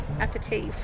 aperitif